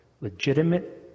legitimate